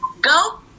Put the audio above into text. Go